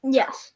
yes